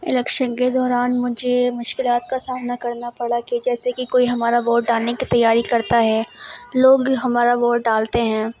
election کے دوران مجھے مشکلات کا سامنا کرنا پڑا کہ جیسے کہ کوئی ہمارا ووٹ ڈالنے کی تیاری کرتا ہے لوگ ہمارا ووٹ ڈالتے ہیں